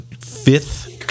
fifth